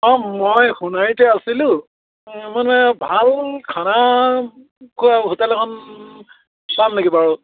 অঁ মই সোণাৰীতে আছিলোঁ মানে ভাল খানা খোৱা হোটেল এখন পাম নেকি বাৰু